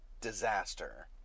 disaster